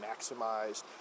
maximized